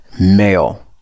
male